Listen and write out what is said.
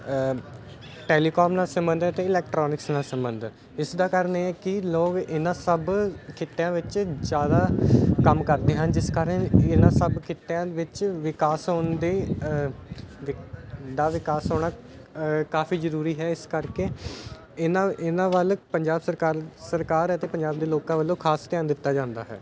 telecom ਨਾਲ ਸੰਬੰਧਿਤ electronics ਨਾਲ ਸੰਬੰਧ ਇਸ ਦਾ ਕਾਰਨ ਇਹ ਹੈ ਕਿ ਲੋਗ ਇਹਨਾਂ ਸਭ ਖਿੱਤਿਆਂ ਵਿੱਚ ਜ਼ਿਆਦਾ ਕੰਮ ਕਰਦੇ ਹਨ ਜਿਸ ਕਾਰਨ ਇਹਨਾਂ ਸਭ ਖਿੱਤਿਆਂ ਵਿੱਚ ਵਿਕਾਸ ਹੋਣ ਦੇ ਦਾ ਵਿਕਾਸ ਹੋਣਾ ਕਾਫੀ ਜ਼ਰੂਰੀ ਹੈ ਇਸ ਕਰਕੇ ਇਹਨਾਂ ਇਹਨਾਂ ਵੱਲ ਪੰਜਾਬ ਸਰਕਾਰ ਸਰਕਾਰ ਅਤੇ ਪੰਜਾਬ ਦੇ ਲੋਕਾਂ ਵੱਲੋਂ ਖਾਸ ਧਿਆਨ ਦਿੱਤਾ ਜਾਂਦਾ ਹੈ